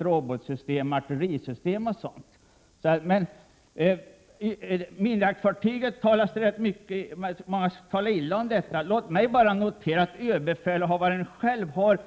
robotsystem, artillerisystem osv. Många är negativa till minjaktfartyg. Låt mig bara notera att överbefälhavaren självt.o.m.